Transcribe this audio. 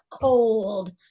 cold